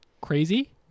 crazy